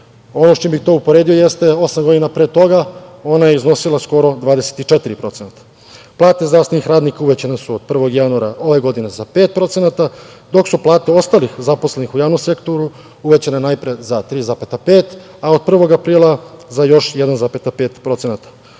Ono sa čime bih to uporedio jeste osam godina pre toga i iznosila je skoro 24%.Plate zdravstvenih radnika uvećane su od 1. januara ove godine za 5%, dok su plate ostalih zaposlenih u javnom sektoru uvećane najpre za 3,5%, a od 1. aprila za još 1,5%.